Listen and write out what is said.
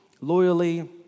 loyally